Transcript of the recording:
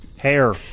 hair